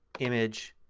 image,